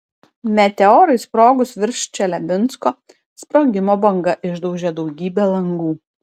meteorui sprogus virš čeliabinsko sprogimo banga išdaužė daugybę langų